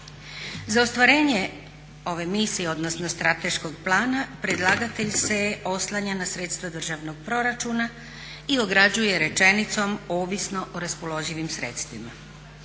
Za ostvarenje ove misije, odnosno strateškog plana predlagatelj se oslanja na sredstva državnog proračuna ograđuje rečenicom ovisno o raspoloživim sredstvima.